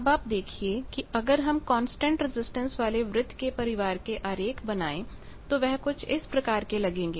अब आपदेखिए कि अगर हम कांस्टेंट रेजिस्टेंस वाले वृत्त के परिवार के आरेख बनाएं तो वह कुछ इस प्रकार के लगेंगे